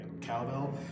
cowbell